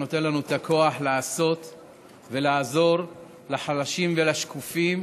שנותן לנו את הכוח לעשות ולעזור לחלשים ולשקופים,